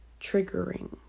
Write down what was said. triggering